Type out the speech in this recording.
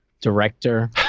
director